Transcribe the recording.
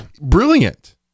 brilliant